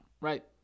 Right